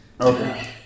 okay